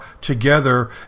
together